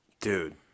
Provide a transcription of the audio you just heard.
Dude